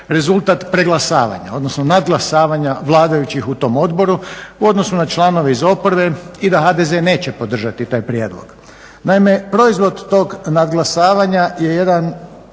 rezultat preglasavanja, odnosno nadglasavanja vladajućih u tom odboru u odnosu na članove iz oporbe i da HDZ neće podržati taj prijedlog. Naime, proizvod tog nadglasavanja je jedan